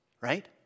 Right